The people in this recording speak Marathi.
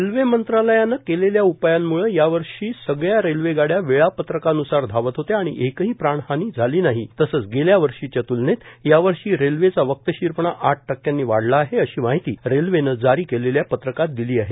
रेल्वे मंत्रालयानं केलेल्या उपायांमुळे यावर्षी सगळ्या रेल्वेगाड्या वेळापत्रकान्सार धावत होत्या आणि एकही प्राणहानी झाली नाही तसंच गेल्यावर्षीच्या त्लनेत यावर्षी रेल्वेचा वक्तशीरपणा आठ टक्क्यांनी वाढला आहे अशी माहिती रेल्वेनं जारी केलेल्या पत्रकात दिली आहे